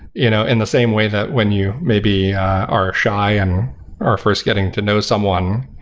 you know in the same way that when you maybe are shy and or first getting to know someone.